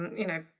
you know,